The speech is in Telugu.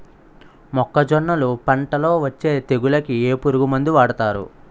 మొక్కజొన్నలు పంట లొ వచ్చే తెగులకి ఏ పురుగు మందు వాడతారు?